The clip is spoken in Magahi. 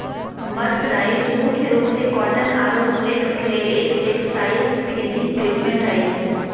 मर्सराइज्ड मुख्य रूप से कॉटन आरो फ्लेक्स ले एक टेक्सटाइल्स फिनिशिंग ट्रीटमेंट हई